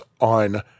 on